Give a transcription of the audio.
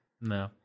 No